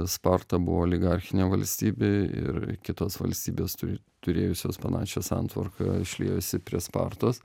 sparta buvo oligarchinė valstybė ir kitos valstybės turi turėjusios panašias santvarką šliejosi prie spartos